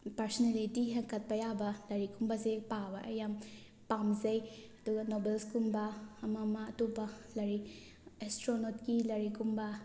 personality ꯍꯦꯟꯀꯠꯄ ꯌꯥꯕ ꯂꯥꯏꯔꯤꯛ ꯀꯨꯝꯕꯁꯦ ꯄꯥꯕ ꯑꯩ ꯌꯥꯝ ꯄꯥꯝꯖꯩ ꯑꯗꯨꯒ ꯅꯣꯕꯦꯜꯁ ꯀꯨꯝꯕ ꯑꯃ ꯑꯃ ꯑꯇꯣꯞꯄ ꯂꯥꯏꯔꯤꯛ ꯑꯦꯁꯇ꯭ꯔꯣꯅꯣꯠꯀꯤ ꯂꯥꯏꯔꯤꯛ ꯀꯨꯝꯕ